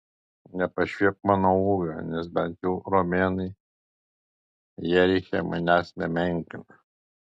nepašiepk mano ūgio nes bent jau romėnai jeriche manęs nemenkina